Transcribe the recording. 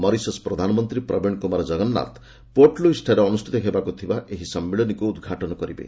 Mauritius ପ୍ରଧାନମନ୍ତ୍ରୀ Pravind Kumar Jugnauth Port ଲୁଇସ୍ଠାରେ ଅନୁଷ୍ଠିତ ହେବାକୁ ଥିବା ଏହି ସମ୍ମିଳନୀକୁ ଉଦ୍ଘାଟନ କରିବେ